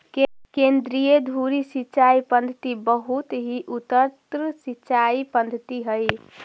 केन्द्रीय धुरी सिंचाई पद्धति बहुत ही उन्नत सिंचाई पद्धति हइ